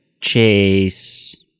Chase